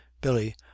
Billy